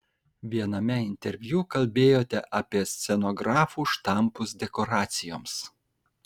viename interviu kalbėjote apie scenografų štampus dekoracijoms